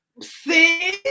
see